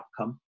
outcome